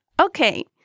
Okay